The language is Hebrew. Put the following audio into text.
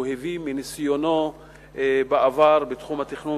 הוא הביא מניסיונו בעבר בתחום התכנון